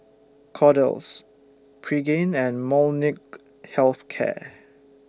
Kordel's Pregain and Molnylcke Health Care